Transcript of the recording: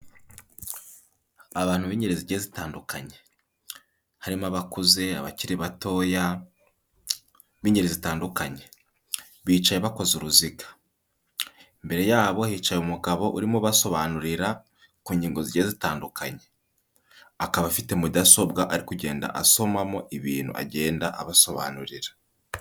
Abantu b'ingeri zigiye zitandukanye. Harimo abakuze, abakiri batoya b'ingeri zitandukanye. Bicaye bakoze uruziga. Imbere yabo hicaye umugabo urimo ubasobanurira ku ngingo zigiye zitandukanye, akaba afite mudasobwa ari kugenda asomamo ibintu agenda abasobanurira.